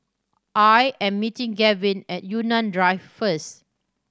I am meeting Gavyn at Yunnan Drive first